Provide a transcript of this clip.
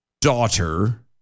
daughter